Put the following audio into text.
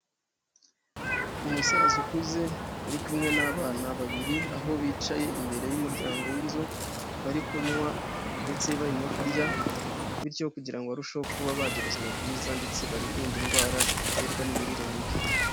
Umusaza ukuze, uri kumwe n'abana babiri, aho bicaye imbere y'umuryango w'inzu, bari kunywa ndetse bari no kurya, bityo kugira ngo barusheho kuba bagira ubuzima bwiza, ndetse birinde indwara ziterwa n'imirire mibi.